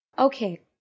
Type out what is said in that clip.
Okay